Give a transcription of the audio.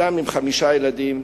אדם עם חמישה ילדים,